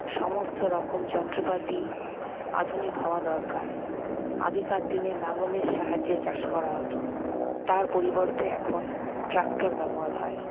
সমস্ত রকম যন্ত্রপাতি আধুনিক হওয়া দরকার আগেকার দিনে লাঙ্গলের সাহায্যে চাষ করা হতো তার পরিবর্তে এখন ট্রাক্টর ব্যবহার হয়